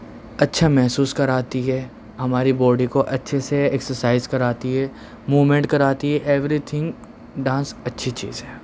اچھا محسوس کراتی ہے ہماری بوڈی کو اچھے سے ایکسرسائز کراتی ہے مومینٹ کراتی ہے ایوری تھنگ ڈانس اچھی چیز ہے